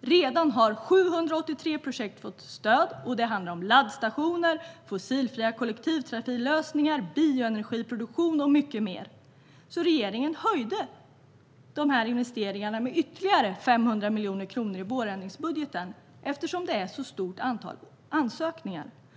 Redan har 783 projekt fått stöd. Det handlar om laddstationer, fossilfria kollektivtrafiklösningar, bioenergiproduktion och mycket mer. Eftersom antalet ansökningar är så stort höjde regeringen investeringarna till detta i vårändringsbudgeten med ytterligare 500 miljoner kronor.